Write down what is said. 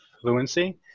fluency